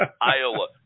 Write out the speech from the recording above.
Iowa